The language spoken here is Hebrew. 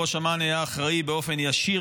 ראש אמ"ן היה אחראי באופן ישיר,